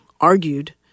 argued